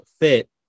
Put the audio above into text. fit